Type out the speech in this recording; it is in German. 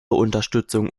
unterstützung